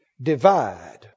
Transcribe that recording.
divide